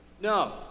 No